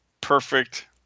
perfect